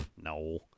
no